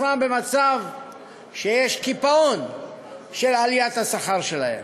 מוצאים את עצמם במצב שיש קיפאון של עליית השכר שלהם.